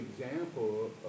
example